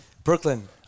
Brooklyn